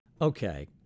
Okay